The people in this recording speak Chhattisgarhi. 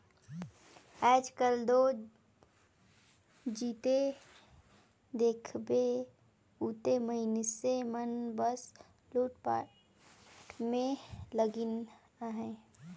आएज काएल दो जिते देखबे उते मइनसे मन बस लूटपाट में लगिन अहे